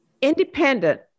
independent